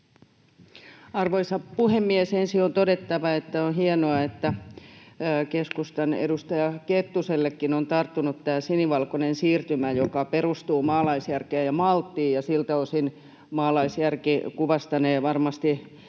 Arvoisa puhemies! Ensin on todettava, että on hienoa, että keskustan edustaja Kettusellekin on tarttunut tämä sinivalkoinen siirtymä, joka perustuu maalaisjärkeen ja malttiin, ja siltä osin maalaisjärki kuvastanee varmasti